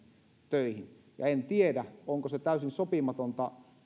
töihin ja en tiedä onko täysin sopimatonta